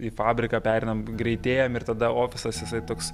į fabriką pereinam greitėjam ir tada ofisas jisai toks